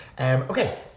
okay